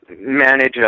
manage